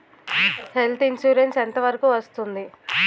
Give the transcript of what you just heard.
Health insurance ఎంత వరకు వస్తుంది?